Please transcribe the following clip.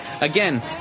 again